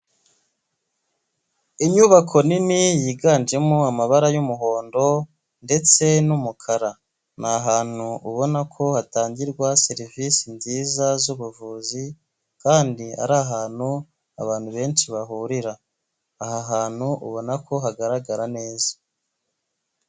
Inyubako nini yiganjemo amabara y'umuhondo ndetse n'umukara, ni ahantu ubona ko hatangirwa serivisi nziza z'ubuvuzi, kandi ari ahantu abantu benshi bahurira, aha hantu ubona ko hagaragara neza.